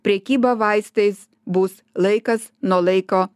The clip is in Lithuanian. prekyba vaistais bus laikas nuo laiko